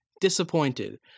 Disappointed